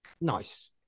nice